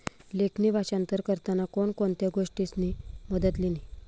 लेखणी भाषांतर करताना कोण कोणत्या गोष्टीसनी मदत लिनी